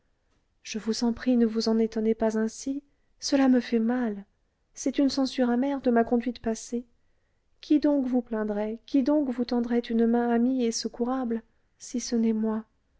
je vous en prie ne vous étonnez pas ainsi cela me fait mal c'est une censure amère de ma conduite passée qui donc vous plaindrait qui donc vous tendrait une main amie et secourable si ce n'est moi